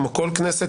כמו כל כנסת,